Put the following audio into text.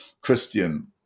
Christian